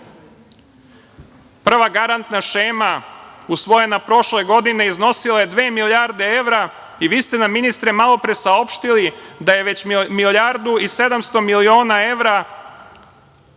garantna šema usvojena prošle godine iznosila je dve milijarde evra i vi ste nam, ministre, malo pre saopštili da je već milijardu i 700 miliona evra